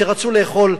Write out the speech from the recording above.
שרצו לאכול,